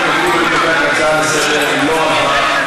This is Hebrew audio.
אני קובע כי ההצעה לסדר-היום לא עברה.